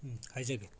ꯍꯥꯏꯖꯒꯦ